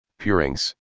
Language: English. purings